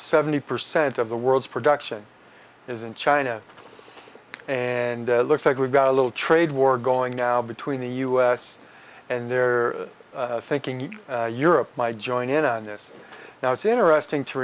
seventy percent of the world's production is in china and looks like we've got a little trade war going now between the u s and they're thinking in europe my joining in on this now it's interesting to